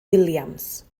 williams